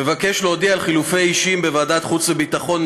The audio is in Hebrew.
אני מבקש להודיע על חילופי אישים בוועדת החוץ והביטחון.